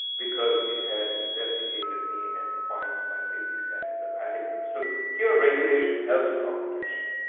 because it has investigated me and finds my safety standards are adequate. so here regulation helps competition.